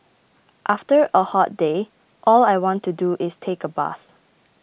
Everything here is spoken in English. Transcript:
after a hot day all I want to do is take a bath